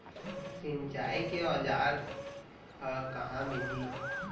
सिंचाई के औज़ार हा कहाँ मिलही?